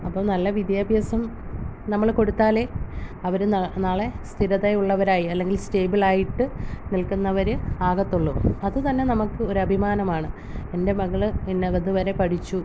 അപ്പോള് നല്ല വിദ്യാഭ്യാസം നമ്മള് കൊടുത്താലേ അവര് നാളെ സ്ഥിരതയുള്ളവരായി അല്ലെങ്കിൽ സ്റ്റേബിളായിട്ട് നിൽക്കുന്നവര് ആകത്തുള്ളൂ അതുതന്നെ നമുക്ക് ഒരഭിമാനമാണ് എൻ്റെ മകള് ഇന്ന ഇതുവരെ പഠിച്ചു